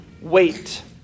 wait